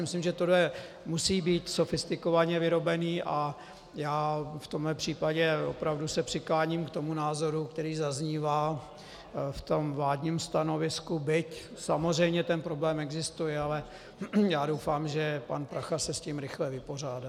Myslím si, že tohle musí být sofistikovaně vyrobené, a já v tomto případě opravdu se přikláním k tomu názoru, který zaznívá v tom vládním stanovisku, byť samozřejmě ten problém existuje, ale já doufám, že pan Prachař se s tím rychle vypořádá.